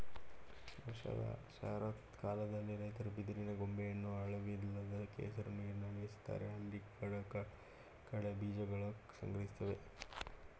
ವರ್ಷದ ಶರತ್ಕಾಲದಲ್ಲಿ ರೈತರು ಬಿದಿರಿನ ಕೊಂಬೆಯನ್ನು ಆಳವಿಲ್ಲದ ಕೆಸರು ನೀರಲ್ಲಿ ಎಸಿತಾರೆ ಅಲ್ಲಿ ಕಡಲಕಳೆ ಬೀಜಕಗಳು ಸಂಗ್ರಹಿಸ್ತವೆ